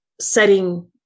setting